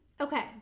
okay